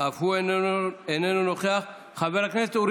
חבר הכנסת יעקב ליצמן, אף הוא איננו נוכח.